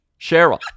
Cheryl